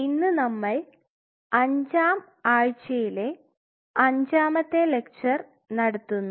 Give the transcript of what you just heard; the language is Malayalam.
ഇന്ന് നമ്മൾ അഞ്ചാം ആഴ്ചയിലെ അഞ്ചാമത്തെ ലെക്ചർ നടത്തുന്നു